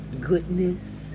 Goodness